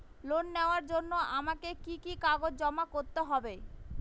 Loan নেওয়ার জন্য আমাকে কি কি কাগজ জমা করতে হবে?